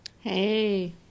Hey